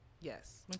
Yes